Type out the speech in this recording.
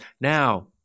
Now